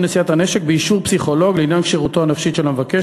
רישיון נשיאת הנשק באישור פסיכולוג לעניין כשירותו הנפשית של המבקש,